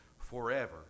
forever